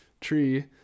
tree